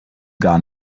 gar